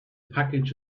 package